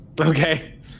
Okay